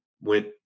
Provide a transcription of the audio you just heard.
went